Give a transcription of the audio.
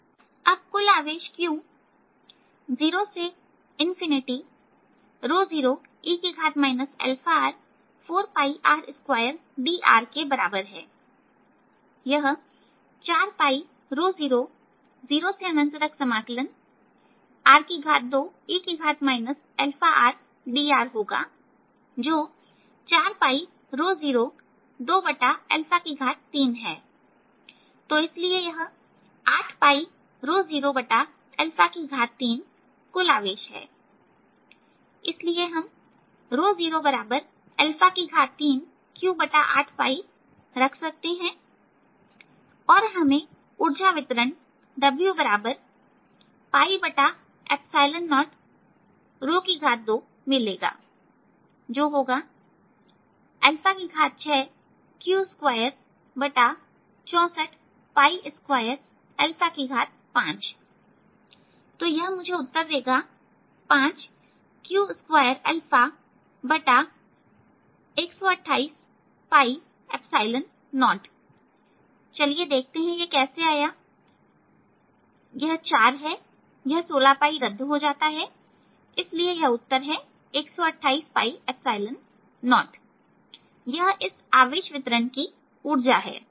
अब कुल आवेश Q0 0e αr4r2drके बराबर है यह 400 r2e αrdr होगा जो 4023है तो इसलिए यह 803 कुल आवेश है इसलिए हम 03Q8 रख सकते हैं और हमें ऊर्जा वितरण W02मिलेगा जो होगा 6 Q26425तो यह मुझे उत्तर देगा 5Q21280 चलिए देखते हैं 4 यह 16 रद्द हो जाता है इसलिए यह उत्तर है यह इस आवेश वितरण की उर्जा है